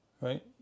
right